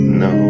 no